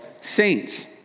saints